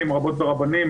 כ-140 רבות ורבנים,